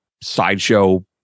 sideshow